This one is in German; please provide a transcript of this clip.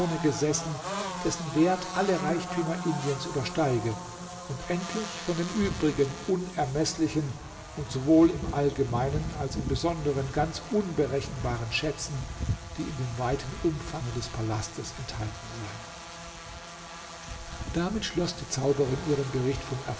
gesessen dessen wert alle reichtümer indiens übersteige und endlich von den übrigen unermeßlichen und sowohl im allgemeinen als im besonderen ganz unberechenbaren schätzen die in dem weiten umfange des palastes enthalten seien damit schloß die zauberin ihren bericht vom